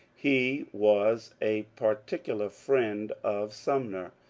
he was a particu lar friend of sumner,